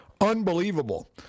unbelievable